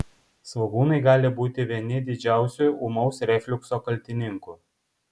svogūnai gali būti vieni didžiausių ūmaus refliukso kaltininkų